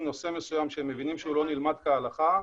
נושא מסוים שהם מבינים שהוא לא נלמד כהלכה.